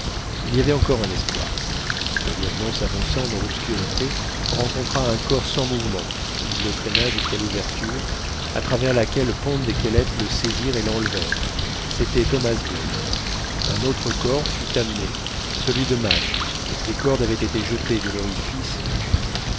il y avait encore un espoir le lieutenant s'avançant dans l'obscurité rencontra un corps sans mouvement il le traîna jusqu'à l'ouverture à travers laquelle pond et kellet le saisirent et l'enlevèrent c'était thomas black un autre corps fut amené celui de madge des cordes avaient été jetées de l'orifice du puits